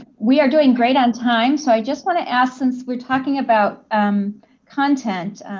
we are doing great on time, so i just want to ask since we are talking about content,